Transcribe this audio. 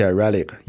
Relic